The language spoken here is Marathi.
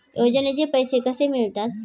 योजनेचे पैसे कसे मिळतात?